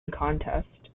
contest